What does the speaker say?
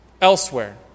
elsewhere